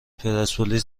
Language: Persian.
پرسپولیس